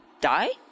die